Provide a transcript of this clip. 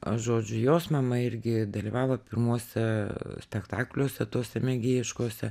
aš žodžiu jos mama irgi dalyvavo pirmuose spektakliuose tuose mėgėjiškuose